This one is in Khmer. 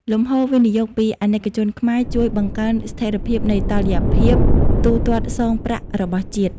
លំហូរវិនិយោគពី អាណិកជនខ្មែរ ជួយបង្កើនស្ថិរភាពនៃតុល្យភាពទូទាត់សងប្រាក់របស់ជាតិ។